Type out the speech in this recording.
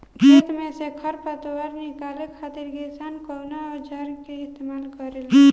खेत में से खर पतवार निकाले खातिर किसान कउना औजार क इस्तेमाल करे न?